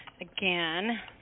Again